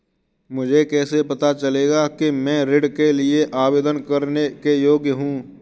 मुझे कैसे पता चलेगा कि मैं ऋण के लिए आवेदन करने के योग्य हूँ?